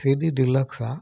CD deluxe आहे